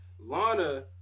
Lana